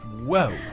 Whoa